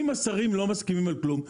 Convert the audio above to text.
אם השרים לא מסכימים על כלום,